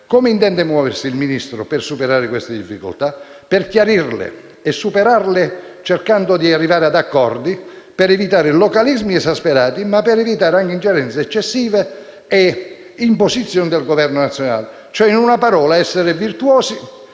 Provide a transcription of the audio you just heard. Come intende muoversi il Ministro per affrontare queste difficoltà, per chiarirle e superarle cercando di arrivare ad accordi per evitare localismi esasperati ma anche ingerenze eccessive e imposizioni del Governo nazionale, cioè in una parola, per essere virtuosi